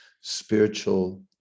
spiritual